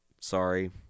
Sorry